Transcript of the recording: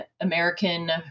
American